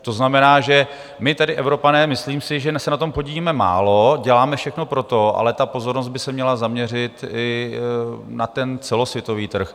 To znamená, že my tady, Evropané, myslím si, že se na tom podílíme málo, děláme všechno pro to, ale pozornost by se měla zaměřit i na celosvětový trh.